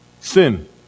sin